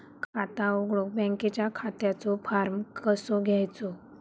खाता उघडुक बँकेच्या खात्याचो फार्म कसो घ्यायचो?